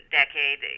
decade